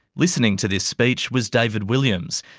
listening to this speech was david williams,